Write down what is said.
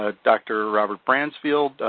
ah doctor robert bransfield,